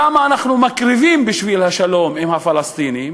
כמה אנחנו מקריבים בשביל השלום עם הפלסטינים,